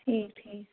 ٹھیٖک ٹھیٖک